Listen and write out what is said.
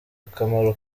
akamaro